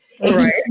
Right